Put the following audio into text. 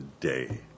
today